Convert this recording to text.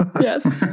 Yes